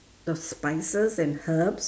the spices and herbs